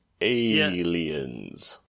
Aliens